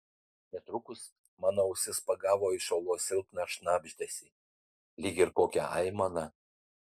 netrukus mano ausis pagavo iš olos silpną šnabždesį lyg ir kokią aimaną